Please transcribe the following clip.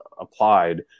applied